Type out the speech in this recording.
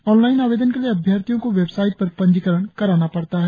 online आवेदन के लिए अभ्यर्थियों को वेबसाइट पर पंजीकरण कराना पड़ता है